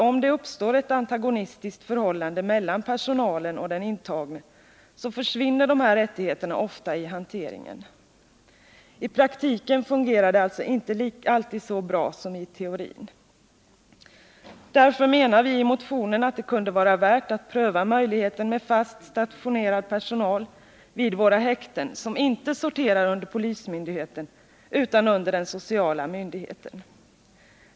Om det uppstår ett antagonistiskt förhållande mellan personalen och den intagne, så försvinner ju de här rättigheterna ofta i hanteringen. I praktiken fungerar det alltså inte alltid så bra som i teorin. Därför menar vi i motionen att det kunde vara bra att pröva möjligheten med fast stationerad personal vid våra häkten som inte sorterar under polismyndigheten utan under den sociala myndigheten.